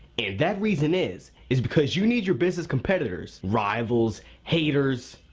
and that reason is is because you need your business competitors, rivals, haters,